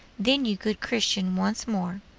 then you good christian once more.